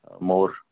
more